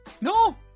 No